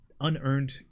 unearned